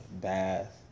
bath